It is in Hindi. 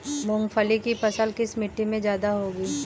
मूंगफली की फसल किस मिट्टी में ज्यादा होगी?